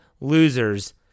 losers